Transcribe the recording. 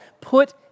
put